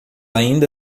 ainda